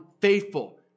faithful